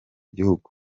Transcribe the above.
gihugu